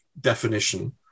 definition